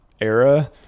era